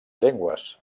llengües